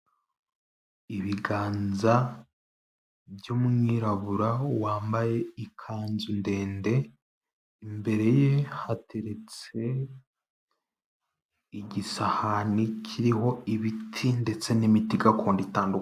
Ibiganza by'umwirabura wambaye ikanzu ndende, imbere ye hateretse igisahani kiriho ibiti, ndetse n'imiti gakondo itandukanye.